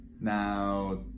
Now